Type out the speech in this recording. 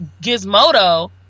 Gizmodo